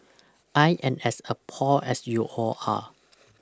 I am as appalled as you all are